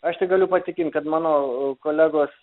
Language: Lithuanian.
aš tik galiu patikint kad mano kolegos